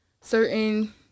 certain